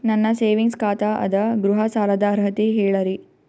ನನ್ನ ಸೇವಿಂಗ್ಸ್ ಖಾತಾ ಅದ, ಗೃಹ ಸಾಲದ ಅರ್ಹತಿ ಹೇಳರಿ?